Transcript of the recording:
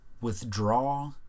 withdraw